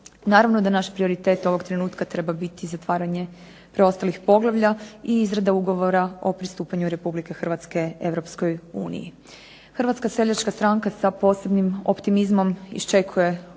Naravno da naš prioritet ovog trenutka treba biti zatvaranje preostalih poglavlja i izrada ugovora o pristupanju Republike Hrvatske Europskoj uniji. Hrvatska seljačka stranka sa posebnim optimizmom iščekuje ovogodišnje